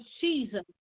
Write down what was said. Jesus